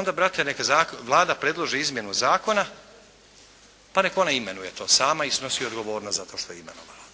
Onda brate nek Vlada predloži izmjenu zakona pa nek ona imenuje to sama i snosi odgovornost za to što je imenovala.